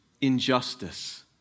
injustice